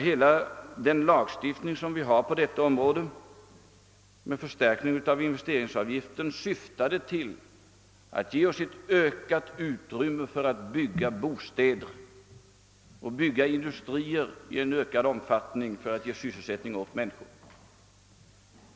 Hela lagstiftningen på detta område och förstärkningen av investeringsavgiften har syftat till att ge oss ökat utrymme att bygga bostäder och att bygga industrier i ökad omfattning för att ge sysselsättning åt människor.